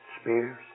spears